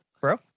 bro